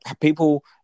people